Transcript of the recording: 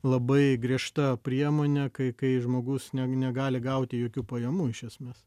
labai griežta priemonė kai kai žmogus ne negali gauti jokių pajamų iš esmės